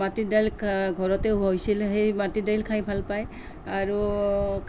মাটি দাইল ঘৰতে হৈছিলে সেই মাটি দাইল খাই ভাল পায় আৰু